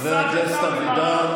חבר הכנסת אבידר,